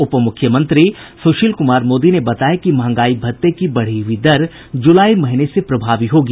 उपमुख्यमंत्री सुशील कुमार मोदी ने बताया कि महंगाई भत्ते की बढ़ी हुई दर जुलाई महीने से प्रभावी होगी